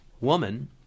woman